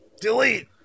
Delete